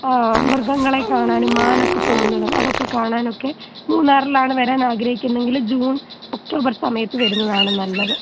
മൃഗങ്ങളെ കാണാനും മാനൊക്കെ പോകുന്നതും അതൊക്കെ കാണാനൊക്കെ മൂന്നാറിലാണ് വരാനാഗ്രഹിക്കുന്നതെങ്കിൽ ജൂൺ ഒക്ടോബർ സമയത്ത് വരുന്നതാണ് നല്ലത്